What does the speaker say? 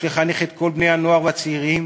יש לחנך את כל בני-הנוער והצעירים